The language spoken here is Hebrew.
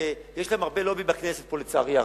ויש להם לובי גדול בכנסת פה, לצערי הרב,